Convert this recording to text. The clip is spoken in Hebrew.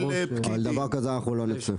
כבוד היושב הראש, על דבר כזה אנחנו לא נצא.